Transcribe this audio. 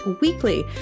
weekly